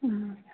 ꯎꯝ